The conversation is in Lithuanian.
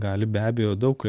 gali be abejo daug